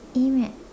aim at